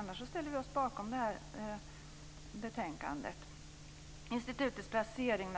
Annars ställer vi oss bakom utskottets förslag i betänkandet. När det gäller institutets placering